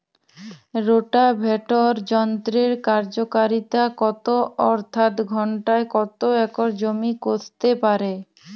Rotavator যন্ত্রের কার্যকারিতা কত অর্থাৎ ঘণ্টায় কত একর জমি কষতে পারে?